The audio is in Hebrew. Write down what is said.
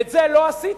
ואת זה לא עשיתם.